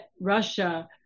russia